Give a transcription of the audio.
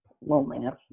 loneliness